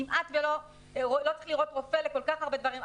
כמעט ולא צריך לראות רופא לכל כך הרבה דברים,